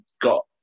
got